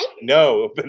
No